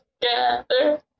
together